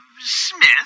Smith